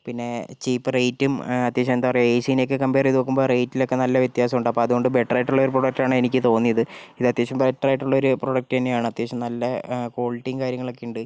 പിന്നെ ചീപ്പ് റേറ്റും അത്യാവശ്യം എന്താ പറയുക എ സിനെയൊക്കെ കമ്പയർ ചെയ്തു നോക്കുമ്പോൾ റേറ്റിലൊക്കെ നല്ല വ്യത്യാസമുണ്ട് അപ്പോൾ അതുകൊണ്ട് ബെറ്റർ ആയിട്ടുള്ള ഒരു പ്രൊഡക്റ്റായിട്ടാണ് എനിക്ക് തോന്നിയത് ഇത് അത്യാവശ്യം ബെറ്റർ ആയിട്ടുള്ളൊരു പ്രൊഡക്റ്റ് തന്നെയാണ് അത്യാവശ്യം നല്ല ക്വാളിറ്റിയും കാര്യങ്ങളൊക്കെ ഉണ്ട്